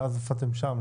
שאז הופעתם שם,